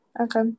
okay